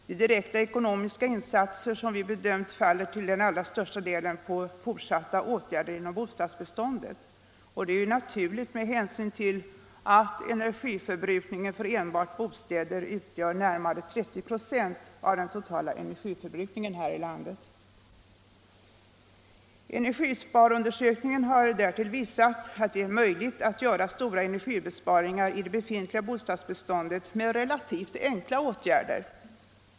De direkta ekonomiska insatser som vi bedömt nödvändiga faller till allra största delen på åtgärder inom bostadsbeståndet. Det är naturligt med hänsyn till att energiförbrukningen enbart för bostäder utgör närmare 30 96 av den totala energiförbrukningen här i landet. Energisparundersökningen har därtill visat att det är möjligt att göra stora energibesparingar i det befintliga bostadsbeståndet med relativt enkla åtgärder.